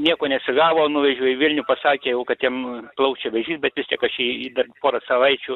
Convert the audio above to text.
nieko nesigavo nuvežiau į vilnių pasakė jau kad jam plaučių vėžys bet vis tiek aš jį dar porą savaičių